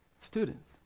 Students